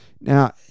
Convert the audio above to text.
now